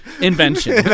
invention